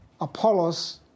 Apollos